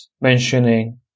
mentioning